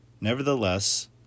Nevertheless